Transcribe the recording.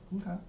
Okay